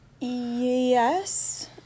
Yes